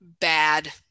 bad